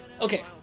Okay